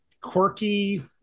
quirky